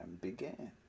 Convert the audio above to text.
began